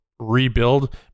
rebuild